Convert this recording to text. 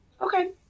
Okay